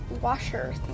washer